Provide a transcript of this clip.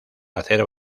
hacer